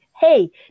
hey